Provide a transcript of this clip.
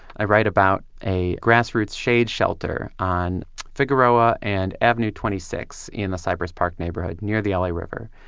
i write about a grassroots shade shelter on figueroa and avenue twenty six in the cypress park neighborhood near the la river.